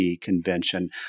convention